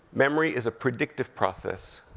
memory is a predictive process.